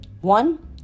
One